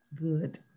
good